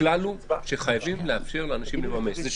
הכלל הוא שחייבים לאפשר לאנשים לממש את זכות הבחירה.